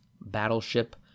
Battleship